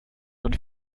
und